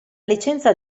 licenza